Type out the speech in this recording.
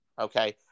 okay